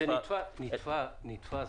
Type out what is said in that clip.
בציבור נתפס